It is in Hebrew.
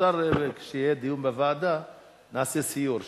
כשיהיה דיון בוועדה אפשר שנעשה סיור שם.